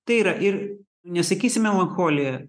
tai yra ir nesakysi melancholija